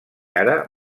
ara